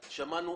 שמענו.